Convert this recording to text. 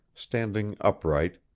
standing upright,